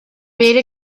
beta